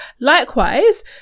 Likewise